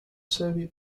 soviet